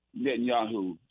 Netanyahu